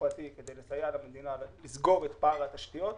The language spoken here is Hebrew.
הפרטי כדי לסייע למדינה לסגור את פער התשתיות.